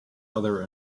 other